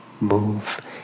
move